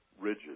rigid